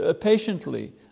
patiently